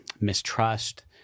mistrust